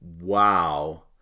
wow